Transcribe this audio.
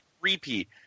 repeat